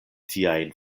tiajn